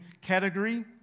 category